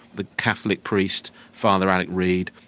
the catholic priest, father alec reid,